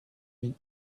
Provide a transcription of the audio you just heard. been